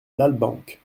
lalbenque